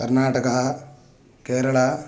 कर्नाटकः केरला